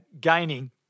gaining